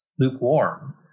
Lukewarm